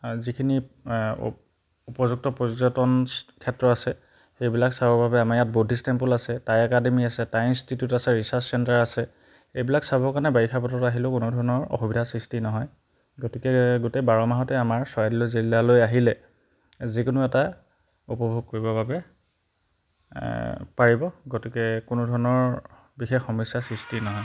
যিখিনি উপযুক্ত পৰ্যটনক্ষেত্ৰ আছে সেইবিলাক চাবৰ বাবে আমাৰ ইয়াত বৌদ্ধিষ্ট টেম্পুল আছে টাই একাডেমি আছে টাই ইনষ্টিটিউট আছে ৰিচাৰ্ছ চেণ্টাৰ আছে এইবিলাক চাবৰ কাৰণে বাৰিষা বতৰত আহিলেও কোনো ধৰণৰ অসুবিধাৰ সৃষ্টি নহয় গতিকে গোটেই বাৰমাহতে আমাৰ চৰাইদেউ জিলালৈ আহিলে যিকোনো এটা উপভোগ কৰিবৰ বাবে পাৰিব গতিকে কোনো ধৰণৰ বিশেষ সমস্যাৰ সৃষ্টি নহয়